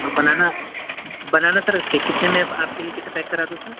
اور banana banana sir کتنے میں آپ کے لیے کتنے پیک کرادوں سر